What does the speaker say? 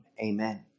Amen